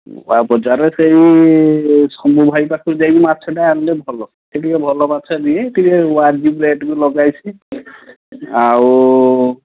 ନୂଆ ବଜାରରେ ସେହି ସୋମୁ ଭାଇ ପାଖକୁ ଯାଇ ମାଛଟା ଆଣିଲେ ଭଲ ସେ ଟିକେ ଭଲ ମାଛ ଦିଏ ଟିକେ ୱାନ୍ ପ୍ଲେଟକୁ ବି ଲଗାଏ ସିଏ ଆଉ